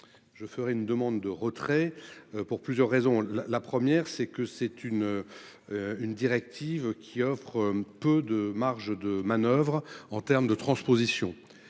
Je ferais une demande de retrait pour plusieurs raisons, la, la première c'est que c'est une. Une directive qui offre un peu de marge de manoeuvre en terme de transposition.